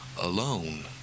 alone